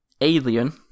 Alien